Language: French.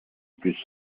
plus